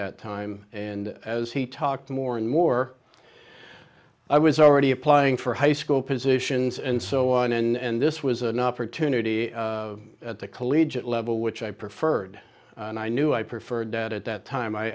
that time and as he talked more more and i was already applying for high school positions and so on and this was an opportunity at the collegiate level which i preferred and i knew i preferred dead at that time i